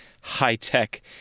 high-tech